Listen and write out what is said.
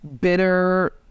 bitter